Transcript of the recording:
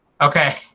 Okay